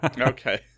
Okay